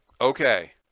Okay